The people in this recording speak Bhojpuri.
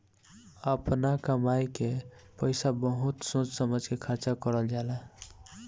आपना कमाई के पईसा बहुत सोच समझ के खर्चा करल जाला